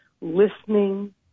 listening